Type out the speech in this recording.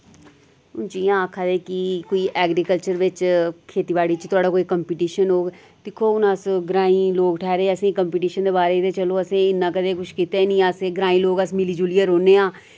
जि'यां आक्खा दे कि कोई एग्रीकल्चर बिच खेती बाड़ी च थुआढ़ा कोई कम्पीटीशन होग दिक्खो हुन अस ग्राईं लोक ठैह्रे असेंईं कम्पीटीशन दे बारे ते चलो असेईं इन्ना कदें कुछ कीता निं अस ग्राईं लोक अस मिली जुलियै रोह्नेआं